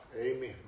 Amen